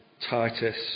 Titus